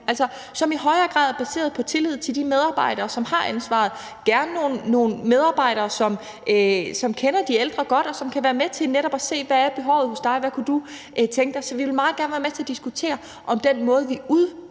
at den i højere grad er baseret på tillid til de medarbejdere, som har ansvaret – gerne nogle medarbejdere, som kender de ældre godt, og som netop kan være med til at se, hvad behovet er, og hvad den enkelte kunne tænke sig. Så vi vil meget gerne være med til at diskutere, om den måde, vi udfylder